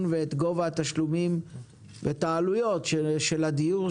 ואת גובה התשלומים ואת העלויות של הדיור,